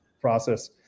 process